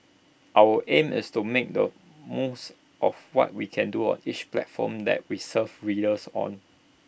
our aim is to make the most of what we can do on each platform that we serve readers on